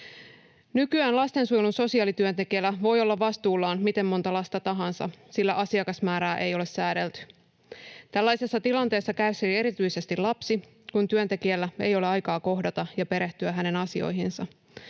Nykyään lastensuojelun sosiaalityöntekijällä voi olla vastuullaan miten monta lasta tahansa, sillä asiakasmäärää ei ole säädelty. Tällaisessa tilanteessa kärsii erityisesti lapsi, kun työntekijällä ei ole aikaa kohdata ja perehtyä hänen asioihinsa,